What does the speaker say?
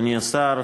אדוני השר,